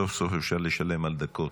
סוף-סוף אפשר לשלם על דקות.